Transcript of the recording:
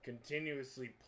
continuously